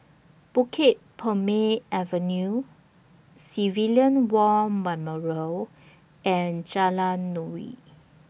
Bukit Purmei Avenue Civilian War Memorial and Jalan Nuri